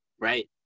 right